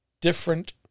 different